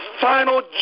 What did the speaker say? final